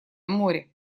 море